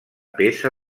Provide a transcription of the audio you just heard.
peça